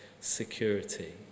security